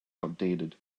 outdated